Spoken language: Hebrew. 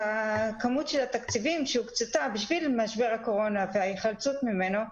כמות התקציבים שהוקצתה בשביל משבר הקורונה וההיחלצות ממנו,